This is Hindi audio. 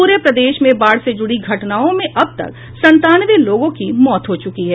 पूरे प्रदेश में बाढ़ से जुड़ी घटनाओं में अब तक संतानवे लोगों की मौत हो चुकी है